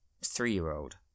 three-year-old